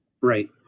right